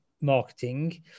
marketing